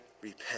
Repent